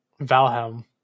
Valheim